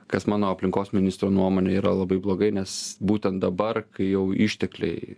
kas mano aplinkos ministro nuomone yra labai blogai nes būtent dabar kai jau ištekliai